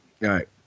right